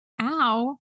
Ow